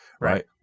right